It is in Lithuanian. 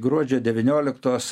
gruodžio devynioliktos